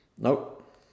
Nope